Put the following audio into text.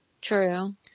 True